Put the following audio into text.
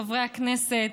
חברי הכנסת,